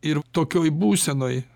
ir tokioj būsenoj